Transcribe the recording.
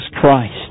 Christ